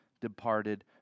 departed